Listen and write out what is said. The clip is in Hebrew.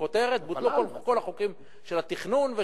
בכותרת, בוטלו כל החוקים של התכנון.